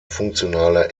funktionale